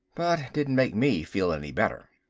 but didn't make me feel any better.